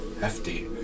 Hefty